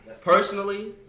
personally